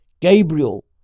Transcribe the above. Gabriel